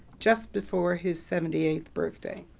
just before his seventy eighth birthday.